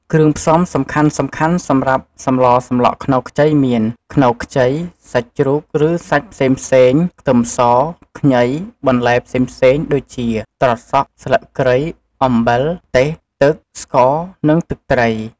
គ្រឿងផ្សំសំខាន់ៗសម្រាប់សម្លសម្លក់ខ្នុរខ្ចីមាន ខ្នុរខ្ចី សាច់ជ្រូក ឬសាច់ផ្សេងៗ ខ្ទឹមស ខ្ញី បន្លែផ្សេងៗ ដូចជា ត្រសក់ ស្លឹកគ្រៃ អំបិល ម្ទេស ទឹក ស្ករ និងទឹកត្រី។